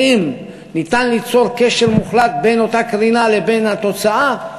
האם ניתן ליצר קשר מוחלט בין אותה קרינה לבין התוצאה?